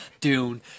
Dune